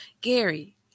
Gary